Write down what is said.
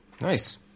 Nice